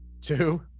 two